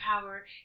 power